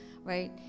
right